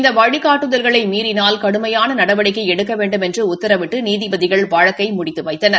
இந்த வழிகாட்டுதல்களை மீறினால் கடுமையான நடவடிக்கை எடுக்க வேண்டுமென்று உத்தரவிட்டு நீதிபதிகள் வழக்கினை முடித்து வைத்தனர்